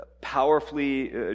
powerfully